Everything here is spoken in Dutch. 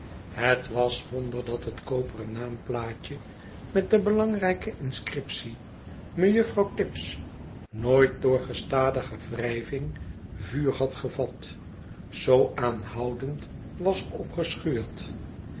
het was wonder dat het koperen naamplaatje met de belangrijke inscriptie mejuffrouw tibbs nooit door gestadige wrijving vuur had gevat zoo aanhoudend was er op geschuurd